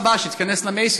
בפעם הבאה שתיכנס ל"מייסיס",